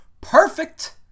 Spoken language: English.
Perfect